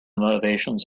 motivations